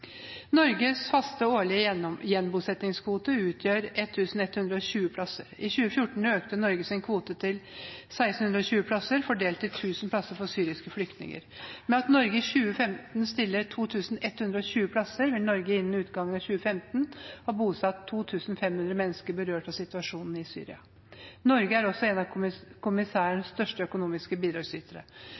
Norges faste årlige gjenbosettingskvote utgjør 1 120 plasser. I 2014 økte Norges kvote til 1 620 plasser, fordelt til 1 000 plasser for syriske flyktninger. I og med at Norge i 2015 stiller 2 120 plasser til disposisjon, vil Norge innen utgangen av 2015 ha bosatt 2 500 mennesker berørt av situasjonen i Syria. Norge er også en av kommissærens største økonomiske bidragsytere.